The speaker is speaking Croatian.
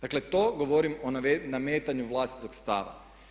Dakle, to govorim o nametanju vlastitog stava.